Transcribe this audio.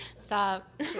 stop